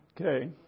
Okay